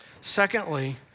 Secondly